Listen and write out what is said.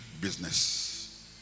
business